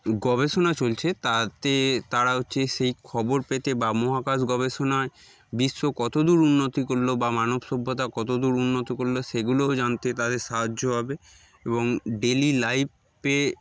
গবেষণা চলছে তাতে তারা হচ্ছে সেই খবর পেতে বা মহাকাশ গবেষণায় বিশ্ব কত দূর উন্নতি করলো বা মানব সভ্যতা কত দূর উন্নত করলো সেগুলোও জানতে তাদের সাহায্য হবে এবং ডেলি লাইফে